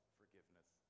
forgiveness